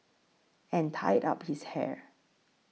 and tied up his hair